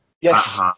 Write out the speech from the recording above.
Yes